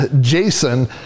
Jason